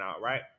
right